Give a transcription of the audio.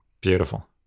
Beautiful